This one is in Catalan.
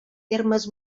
termes